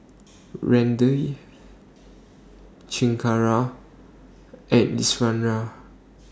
Ramdev Chengara and Iswaran